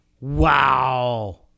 Wow